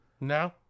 No